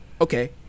okay